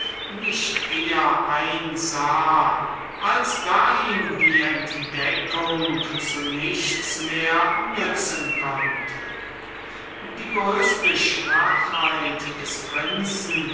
nicht eher einsah als bis ihm diese entdeckung zu nichts mehr nutzen konnte die größeste schwachheit des prinzen